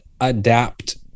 adapt